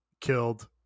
killed